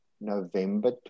November